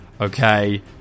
okay